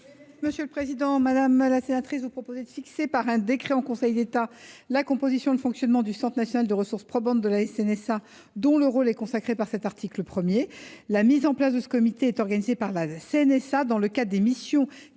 Gouvernement ? Il est proposé de fixer par un décret en Conseil d’État la composition et le fonctionnement du centre national de ressources probantes de la CNSA, dont le rôle est consacré par cet article 1. La mise en place de ce comité est organisée par la CNSA dans le cadre des missions